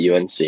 UNC